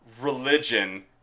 religion